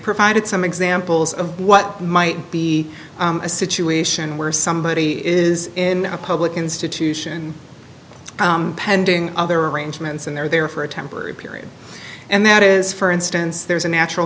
provided some examples of what might be a situation where somebody is in a public institution pending other arrangements and they're there for a temporary period and that is for instance there's a natural